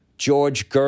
George